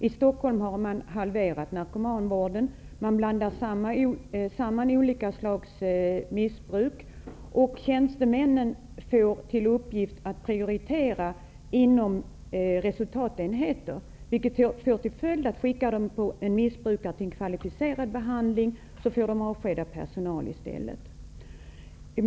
I Stockholm har narkomanvården halverats. Man blandar samman olika slags missbrukare. Tjänstemännen har till uppgift att prioritera inom resultatenheter. Följden blir att man, om en missbrukare skall skickas på kvalificerad behandling, måste avskeda personal.